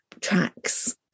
tracks